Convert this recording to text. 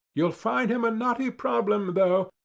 you'll find him a knotty problem, though.